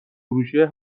فروشیه